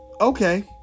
okay